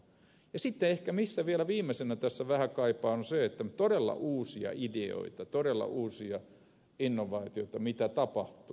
ja sitten ehkä vielä viimeisenä tässä vähän kaipaan todella uusia ideoita todella uusia innovaatioita siitä mitä tapahtuu